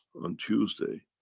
on tuesday,